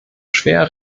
schwer